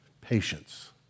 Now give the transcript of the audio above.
patience